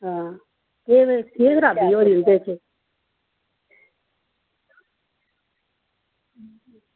हां केह् केह् खराबी होनी उं'दे च